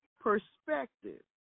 perspective